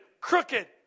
crooked